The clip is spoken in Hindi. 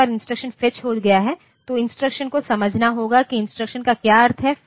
एक बार इंस्ट्रक्शन फेच हो गया है तो इंस्ट्रक्शन को समझना होगा कि इंस्ट्रक्शन का क्या अर्थ है